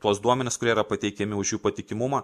tuos duomenis kurie yra pateikiami už jų patikimumą